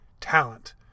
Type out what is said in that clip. talent